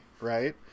right